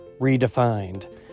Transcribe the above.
redefined